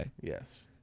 Yes